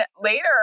later